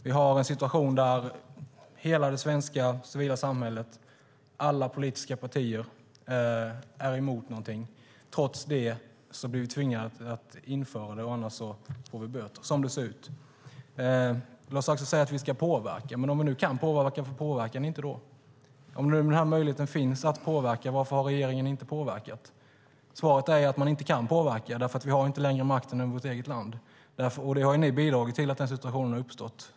Vi har en situation där hela det svenska civila samhället och alla politiska partier är emot någonting. Trots det blir vi tvingade att införa det. Annars får vi böter, som det ser ut. Lars-Axel Nordell säger att vi ska påverka. Men om vi nu kan påverka, varför påverkar regeringen inte då? Om denna möjlighet att påverka finns, varför har regeringen då inte påverkat? Svaret är att man inte kan påverka därför att vi inte längre har makten över vårt eget land. Att den situationen har uppstått har ni bidragit till.